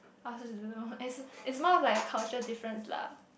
I also don't know as is more of like a cultural difference lah